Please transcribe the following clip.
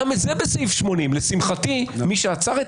גם את זה בסעיף 80. לשמחתי מי שעצר את